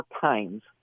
times